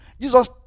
Jesus